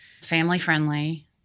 Family-friendly